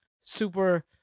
super